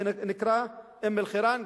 שנקרא אום-אלחיראן,